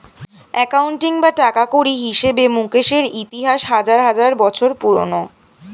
accounting বা টাকাকড়ির হিসেবে মুকেশের ইতিহাস হাজার হাজার বছর পুরোনো